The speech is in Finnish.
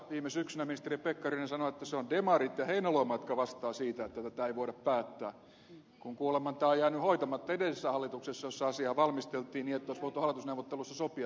viime syksynä ministeri pekkarinen sanoi että se on demarit ja heinäluoma jotka vastaavat siitä että tätä ei voida päättää kun kuulemma tämä on jäänyt hoitamatta edellisessä hallituksessa jossa asiaa valmisteltiin niin että olisi voitu hallitusneuvotteluissa sopia tämä asia